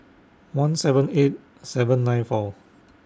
one seven eight seven nine four